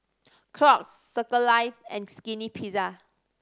Crocs Circles Life and Skinny Pizza